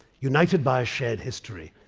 united by a shared history,